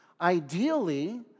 Ideally